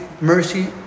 mercy